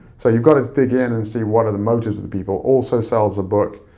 so you've gotta dig in and see what are the motives of the people, also sells a book,